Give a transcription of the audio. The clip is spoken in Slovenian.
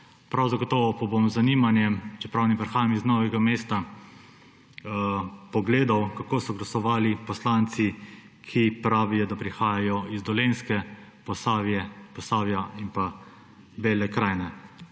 Prav zagotovo pa bom z zanimanjem, čeprav ne prihajam iz Nove mesta, pogledal, kako so glasovali poslanci, ki pravijo, da prihajajo z Dolenjske, iz Posavja in pa Bele krajine.